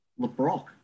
LeBrock